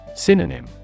Synonym